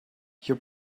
your